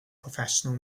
professional